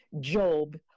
Job